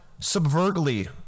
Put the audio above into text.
subvertly